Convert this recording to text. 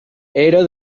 era